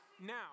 Now